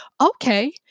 okay